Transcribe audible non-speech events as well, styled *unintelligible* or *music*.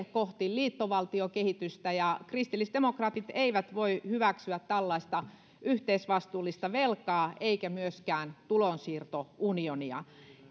*unintelligible* kohti liittovaltiokehitystä kristillisdemokraatit eivät voi hyväksyä tällaista yhteisvastuullista velkaa eivätkä myöskään tulonsiirtounionia